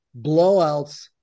blowouts